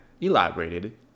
elaborated